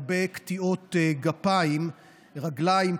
שלמשל מתבטאת בהרבה קטיעות גפיים רגליים,